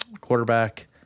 quarterback